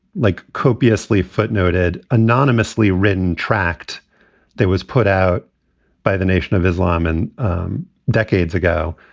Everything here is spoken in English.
like copiously footnoted, anonymously written, tracked there was put out by the nation of islam and decades ago.